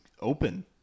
open